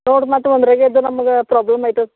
ನೋಡಿ ಮತ್ತು ಒಂದ್ರಾಗೆ ಇದ್ರೆ ನಮ್ಗ ಪ್ರಾಬ್ಲಮ್ ಐತದ